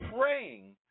praying